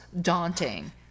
daunting